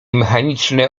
mechanicznie